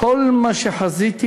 כל מה שחזיתי,